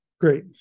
great